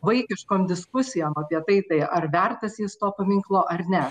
vaikiškom diskusijom apie tai tai ar vertas jis to paminklo ar ne